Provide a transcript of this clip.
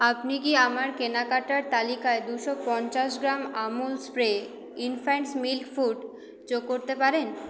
আপনি কি আমার কেনাকাটার তালিকায় দুশো পঞ্চাশ gram Amul spray infants milk food যোগ করতে পারেন